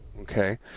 Okay